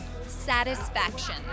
Satisfaction